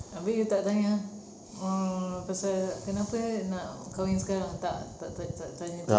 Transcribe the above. habis you tak tanya mm pasal kenapa nak kahwin sekarang tak tak tak tanya tu